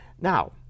Now